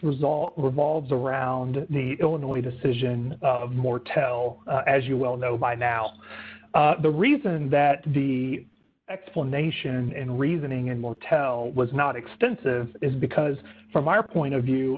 result revolves around the illinois decision of mortel as you well know by now the reason that the explanation and reasoning and more tell was not extensive is because from our point of view